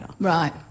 Right